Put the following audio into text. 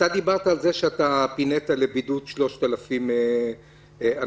דיברת על כך שאתה פינית לבידוד 3,000 אנשים.